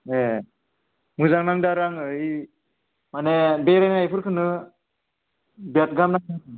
ए मोजां नांदो आरो आङो ओइ माने बेरायनायफोरखो बिराद गाहाम नांदो